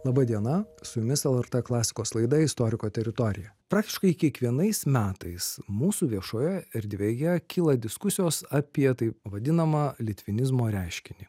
laba diena su jumis lrt klasikos laida istoriko teritorija praktiškai kiekvienais metais mūsų viešoje erdvėje kyla diskusijos apie taip vadinamą litvinizmo reiškinį